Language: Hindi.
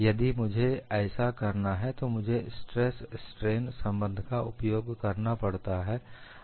यदि मुझे ऐसा करना है तो मुझे स्ट्रेस स्ट्रेन संबंध का उपयोग करना पडता है